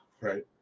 Right